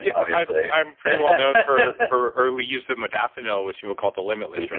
yeah obviously i'm pretty well known for early use of modafinil, which you would call the limitless drug.